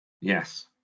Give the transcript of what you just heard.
Yes